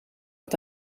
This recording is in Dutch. had